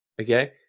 okay